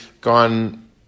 gone